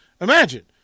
imagine